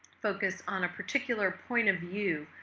focus on a particular point of view,